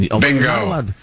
Bingo